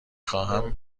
خواهم